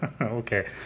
Okay